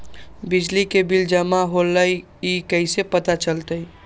बिजली के बिल जमा होईल ई कैसे पता चलतै?